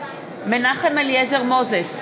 מנחם אליעזר מוזס,